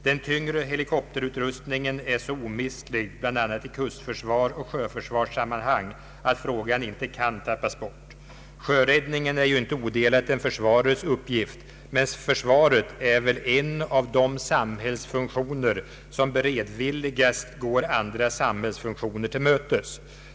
Den tyngre helikopterutrustningen är så omistlig, bl.a. i kustförsvarsoch sjöfartssammanhang, att frågan inte kan tappas bort. Sjöräddningen är inte odelat en försvarets uppgift, men försvaret är en av de samhällsfunktioner som mest beredvilligt går andra samhällsfunktioner till mötes.